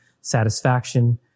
satisfaction